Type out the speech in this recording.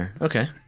Okay